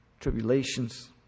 tribulations